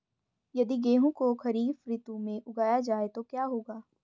यदि गेहूँ को खरीफ ऋतु में उगाया जाए तो क्या होगा?